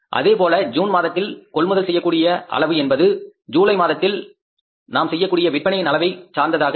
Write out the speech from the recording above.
அதேபோல ஜூன் மாதத்தில் கொள்முதல் செய்யக்கூடிய அளவு என்பது ஜூலை மாதத்தில் நாம் செய்யக்கூடிய விற்பனையின் அளவை சார்ந்ததாக இருக்கும்